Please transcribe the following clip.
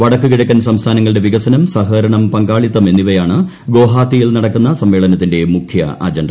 വടക്കു കിഴക്കൻ സംസ്ഥാനങ്ങളുടെ വികസനം സഹകരണം പ്ങ്കാളിത്തം എന്നിവയാണ് ഗുവഹത്തിയിൽ നടക്കുന്ന സമ്മേളനത്തിന്റെ മുഖ്യ അജണ്ട